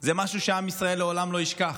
זה משהו שעם ישראל לעולם לא ישכח.